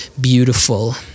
beautiful